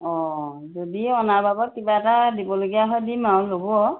অঁ যদি অনাৰ বাবত কিবা এটা দিবলগীয়া হয় দিম আৰু ল'ব আৰু